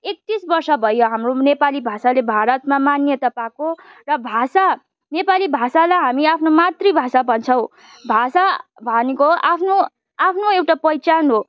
एकतिस वर्ष भयो हाम्रो नेपाली भाषाले भारतमा मान्यता पाएको र भाषा नेपाली भाषालाई हामी आफ्नो मातृभाषा भन्छौँ भाषा भनेको आफ्नो आफ्नो एउटा पहिचान हो